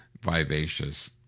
vivacious